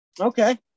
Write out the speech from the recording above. okay